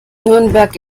nürnberg